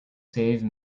save